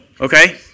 okay